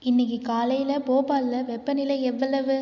இன்னிக்கு காலையில போபாலில் வெப்பநிலை எவ்வளவு